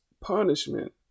punishment